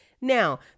Now